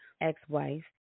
Ex-wife